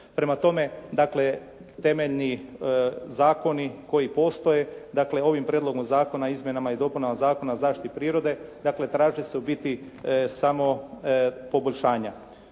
Prema tome dakle temeljni zakoni koji postoje, dakle ovim Prijedlogom zakona o izmjenama i dopunama Zakona o zaštiti prirode, dakle traže se u biti samo poboljšanja.